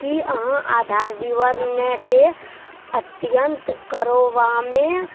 की अहाँ आधार विवरणके अद्दयतन करबामे